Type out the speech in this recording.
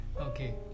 okay